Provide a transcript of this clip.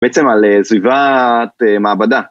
בעצם על סביבת מעבדה.